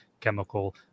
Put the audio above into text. chemical